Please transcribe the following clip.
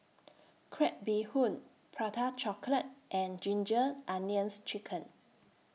Crab Bee Hoon Prata Chocolate and Ginger Onions Chicken